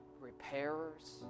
repairers